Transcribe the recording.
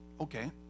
Okay